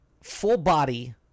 full-body